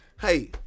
Hey